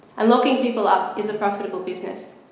and locking people up is a profitable business.